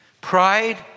Pride